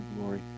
glory